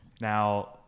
Now